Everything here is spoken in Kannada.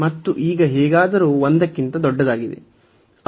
ಮತ್ತು ಈಗ ಹೇಗಾದರೂ 1 ಕ್ಕಿಂತ ದೊಡ್ಡದಾಗಿದೆ